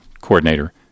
coordinator